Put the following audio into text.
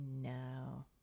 no